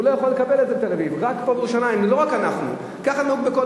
הוא לא יכול לקבל את זה בתל-אביב, רק פה בירושלים.